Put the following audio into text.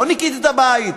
לא ניקית את הבית?